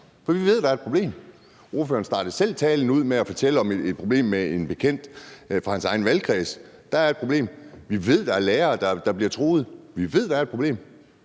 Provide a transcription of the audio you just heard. for vi ved, at der er et problem. Ordføreren startede selv talen med at fortælle om et problem med en bekendt fra hans egen valgkreds, så der er et problem, og vi ved, at der er lærere, der bliver truet. Vi ved, at der er et problem,